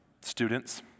Students